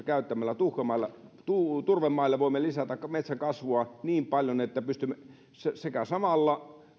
käyttämällä tuhkalannoitusta turvemailla voimme lisätä metsän kasvua niin paljon että pystymme samalla